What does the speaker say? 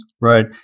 Right